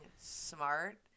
smart